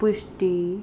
ਪੁਸ਼ਟੀ